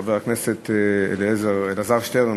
חבר הכנסת אלעזר שטרן,